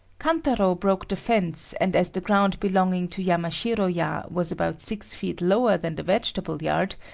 kantaro broke the fence and as the ground belonging to yamashiro-ya was about six feet lower than the vegetable yard,